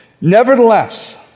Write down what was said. Nevertheless